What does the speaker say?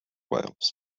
wales